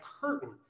curtain